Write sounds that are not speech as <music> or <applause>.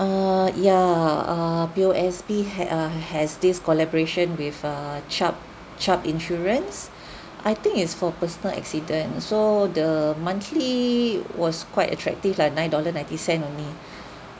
err yeah uh P_O_S_B had uh has this collaboration with uh chubb chubb insurance <breath> I think is for personal accident so the monthly was quite attractive lah nine dollar ninety cent only